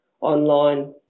online